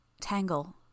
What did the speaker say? Tangle